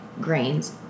grains